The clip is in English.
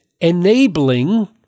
enabling